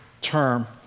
term